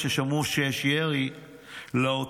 כששמענו שיש ירי לעוטף,